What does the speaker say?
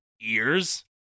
ears